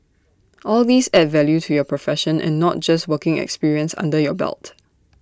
all these add value to your profession and not just working experience under your belt